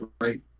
right